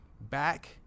back